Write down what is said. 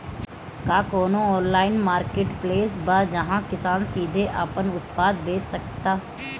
का कोनो online marketplace बा जहां किसान सीधे अपन उत्पाद बेच सकता?